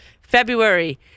February